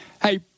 Hey